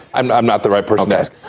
i'm i'm not the right person this.